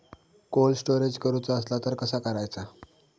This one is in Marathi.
कोल्ड स्टोरेज करूचा असला तर कसा करायचा?